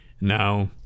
Now